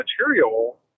material